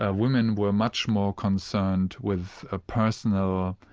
ah women were much more concerned with a personal.